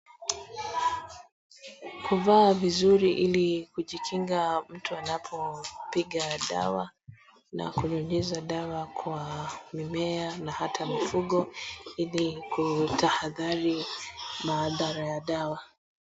Kuvaa vizuri ili kujikinga mtu anapopiga dawa na kunyunyiza dawa kwa mimea na hata mifugo ili kutahadhari maandhara ya dawa.